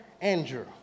Andrew